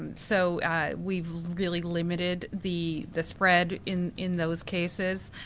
and so we've really limited the the spread in in those cases.